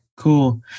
Cool